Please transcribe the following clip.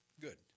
Good